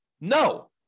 No